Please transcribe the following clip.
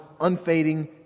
unfading